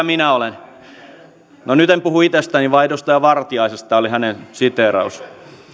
minä olen no nyt en puhu itsestäni vaan edustaja vartiaisesta tämä oli häneltä siteeraus